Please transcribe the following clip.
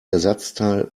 ersatzteil